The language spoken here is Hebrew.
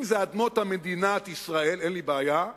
אם זה אדמות מדינת ישראל, אין לי בעיה,